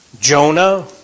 Jonah